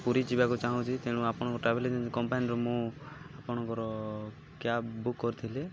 ପୁରୀ ଯିବାକୁ ଚାହୁଁଛି ତେଣୁ ଆପଣଙ୍କ ଟ୍ରାଭେଲ ଏଜେନ୍ସି କମ୍ପାନୀରୁ ମୁଁ ଆପଣଙ୍କର କ୍ୟାବ୍ ବୁକ୍ କରିଥିଲି